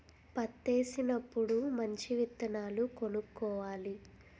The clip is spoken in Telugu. పత్తేసినప్పుడు మంచి విత్తనాలు కొనుక్కోవాలి